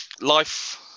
Life